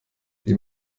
die